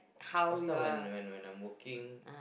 last time when when when I'm working